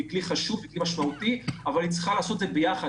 היא כלי חשוב ומשמעותי אבל היא צריכה לעשות את זה ביחד,